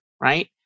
right